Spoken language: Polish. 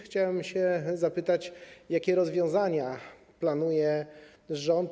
Chciałem zapytać, jakie rozwiązania planuje rząd.